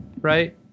Right